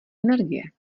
energie